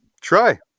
Try